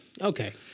Okay